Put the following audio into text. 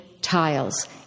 tiles